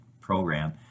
program